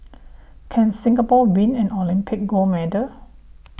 can Singapore win an Olympic gold medal